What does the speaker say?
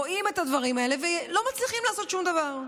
רואים את הדברים האלה ולא מצליחים לעשות שום דבר.